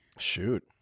Shoot